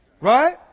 Right